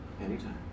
Anytime